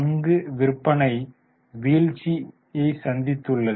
பங்கு விற்பனை வீழ்ச்சியை சந்தித்துள்ளது